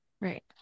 Right